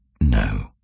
No